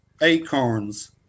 acorns